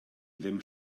ddim